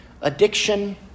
addiction